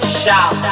shout